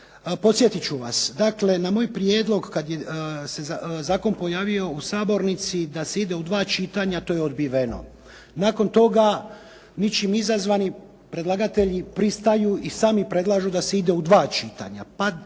podsjetit ću vas, dakle na moj prijedlog kad se zakon pojavio u sabornici da se ide u dva čitanja to je odbijeno. Nakon toga ničim izazvani predlagatelji pristaju i sami predlažu da se ide u dva čitanja,